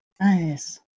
Nice